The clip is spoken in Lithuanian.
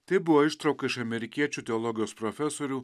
tai buvo ištrauka iš amerikiečių teologijos profesorių